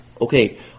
Okay